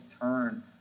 turn